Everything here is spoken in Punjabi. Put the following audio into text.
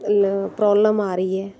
ਮਤਲਬ ਪ੍ਰੋਬਲਮ ਆ ਰਹੀ ਹੈ